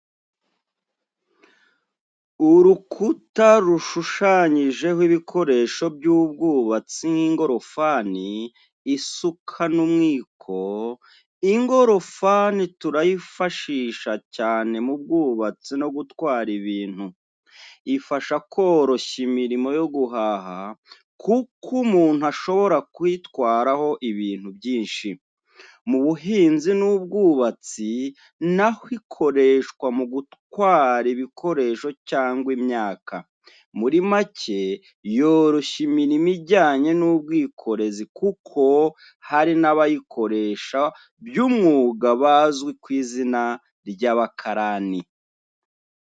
Urukuta rushushanyijeho ibikoresho by'ubwubatsi nk'ingorofani, isuka n'umwiko. Ingorofani turayifashisha, cyane mu bwubatsi no gutwara ibintu. Ifasha koroshya imirimo yo guhaha kuko umuntu ashobora kuyitwaraho ibintu byinshi. Mu buhinzi n’ubwubatsi naho ikoreshwa mu gutwara ibikoresho cyangwa imyaka. Muri make yoroshya imirimo ijyanye n’ubwikorezi kuko hari n’abayikoresha by’umwuga bazwi ku izina ry’abakarani.